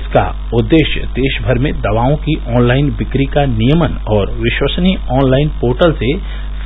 इसका उद्देश्य देशमर में दवाओं की ऑनलाईन बिक्री का नियमन और विश्वसनीय ऑनलाईन पोर्टल से